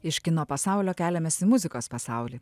iš kino pasaulio keliamės į muzikos pasaulį